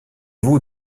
vous